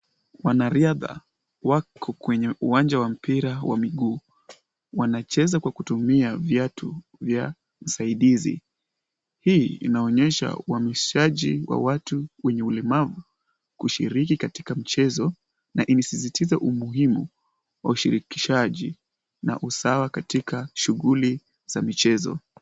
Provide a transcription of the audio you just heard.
Wanariadha wako kwenye uwanja wa mpira wa miguu. Wanacheza kwa kutumia viatu vya usaidizi. Hii inaonyesha uhamasishaji wa watu wenye ulemavu kushiriki katika michezo na inasisitiza umuhimu wa ushirikishaji na usawa katika shughuli za michezo.